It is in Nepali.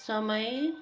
समय